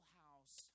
house